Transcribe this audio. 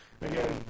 Again